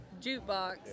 jukebox